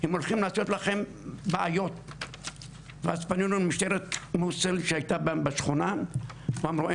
הם הולכים לעשות לכם בעיות ואז פנינו למשטרת מוסול שהייתה בשכונה ואמרו,